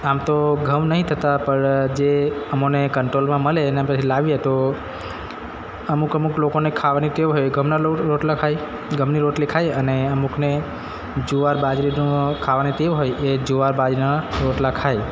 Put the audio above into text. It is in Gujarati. આમ તો ઘઉં નથી થતાં પણ જે અમોને કંટ્રોલમાં મળે એના પાસે લાવીએ તો અમુક અમુક લોકોને ખાવાની ટેવ હોય ઘઉંના રોટલા ખાઈ ઘઉંની રોટલી ખાઈ અને અમુકને જુવાર બાજરીનો ખાવાની ટેવ હોય એ જુવાર બાજરીના રોટલા ખાય